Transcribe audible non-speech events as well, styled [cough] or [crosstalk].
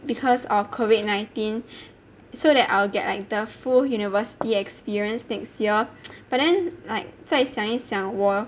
because of COVID nineteen so that I'll get like the full university experience next year [noise] but then like 再想一想我